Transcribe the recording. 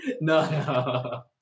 No